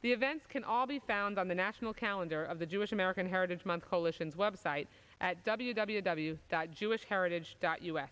the events can all be found on the national calendar of the jewish american heritage month coalition's website at w w w jewish heritage dot u